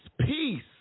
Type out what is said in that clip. peace